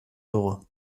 dugu